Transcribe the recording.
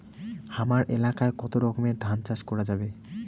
হামার এলাকায় কতো রকমের ধান চাষ করা যাবে?